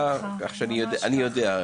יאסין.